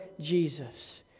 Jesus